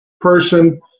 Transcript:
person